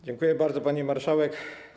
Dziękuję bardzo, pani marszałek.